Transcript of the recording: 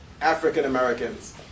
African-Americans